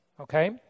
okay